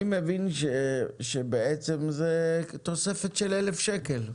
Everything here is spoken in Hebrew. אני מבין שבעצם זה תוספת של 1,000 שקלים.